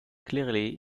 clearly